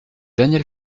daniel